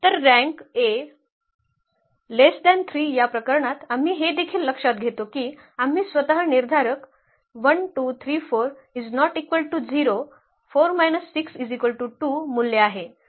तर रँक 3 या प्रकरणात आम्ही हे देखील लक्षात घेतो की आम्ही स्वतः हा निर्धारक 4 6 2 मूल्य आहे